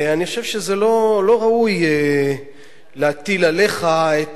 אני חושב שזה לא ראוי להטיל עליך את